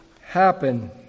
happen